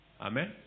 Amen